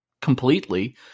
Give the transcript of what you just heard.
completely